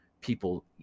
people